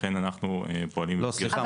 לכן אנחנו פועלים --- לא, סליחה.